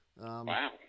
Wow